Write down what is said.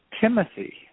Timothy